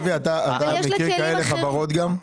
אבי אתה מכיר כאלה חברות גם?